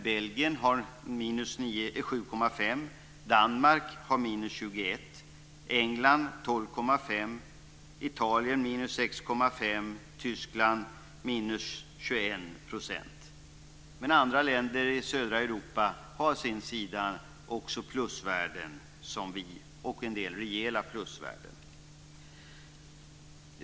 Belgien har 7,5 %, Danmark har 21 %, England har - 12,5 %, Italien 6,5 % och Tyskland 21 %. Men andra länder i södra Europa har å sin sida också plusvärden som vi, och en del har rejäla plusvärden.